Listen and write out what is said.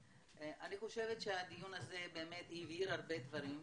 אני חושבת שהדיון הזה הבהיר הרבה דברים,